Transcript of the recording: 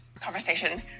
Conversation